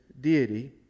deity